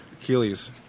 Achilles